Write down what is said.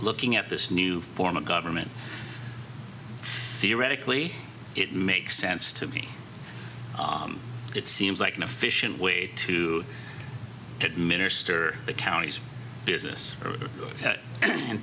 looking at this new form of government theoretically it makes sense to me it seems like an efficient way to administer the county's business or in